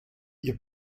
ihr